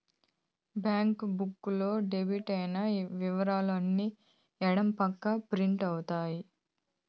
bank book లో debit అయిన ఇవరాలు అన్ని ఎడం పక్క ప్రింట్ అవుతాయి